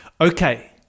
Okay